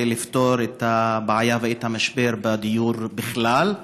לפתור את הבעיה ואת המשבר בדיור בכלל,